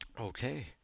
Okay